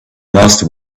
master